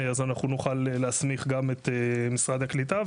אז אנחנו נוכל להסמיך גם את משרד הקליטה.